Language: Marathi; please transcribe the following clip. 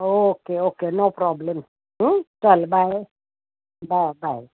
ओके ओके नो प्रॉब्लेम चल बाय बाय बाय